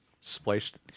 spliced